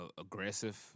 Aggressive